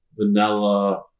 vanilla